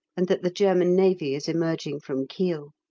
and that the german navy is emerging from kiel.